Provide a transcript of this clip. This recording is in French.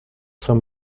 saint